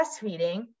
breastfeeding